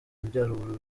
majyaruguru